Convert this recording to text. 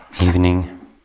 evening